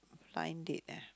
blind date ah